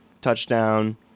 touchdown